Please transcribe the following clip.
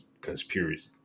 conspiracy